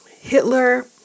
Hitler